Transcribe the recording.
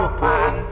Open